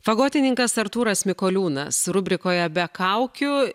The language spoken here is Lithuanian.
fagotininkas artūras mikoliūnas rubrikoje be kaukių